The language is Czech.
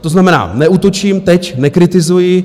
To znamená, neútočím teď, nekritizuji.